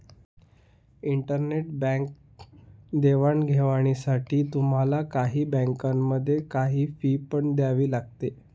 internet bank देवाणघेवाणीसाठी तुम्हाला काही बँकांमध्ये, काही फी पण द्यावी लागते